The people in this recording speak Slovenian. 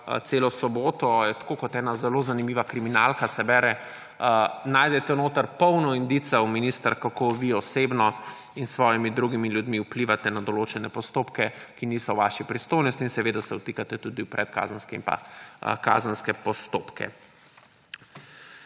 celo soboto, tako kot ena zelo zanimiva kriminalka se bere, najdete notri polno indicev, minister, kako vi osebno in s svojimi drugimi ljudmi vplivate na določene postopke, ki niso v vaši pristojnosti, in seveda se vtikate tudi v predkazenski in kazenske postopke.